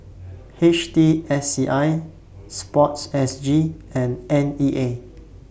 H T S C I Sports S G and N E A